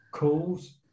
calls